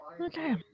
Okay